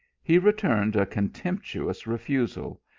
he returned a contemptuous refusal,